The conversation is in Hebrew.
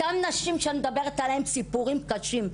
לאותן נשים שאני מדברת עליהן יש סיפורים קשים.